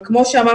אבל כמו שאמרתי,